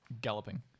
galloping